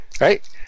Right